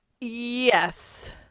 yes